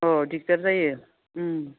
अह दिगदार जायो उम